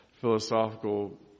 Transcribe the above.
philosophical